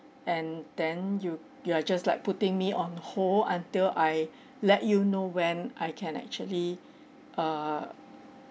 and then you you are just like putting me on hold until I let you know when I can actually err